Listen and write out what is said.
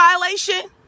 violation